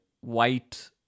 white